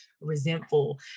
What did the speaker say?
resentful